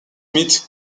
meets